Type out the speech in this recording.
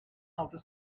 outer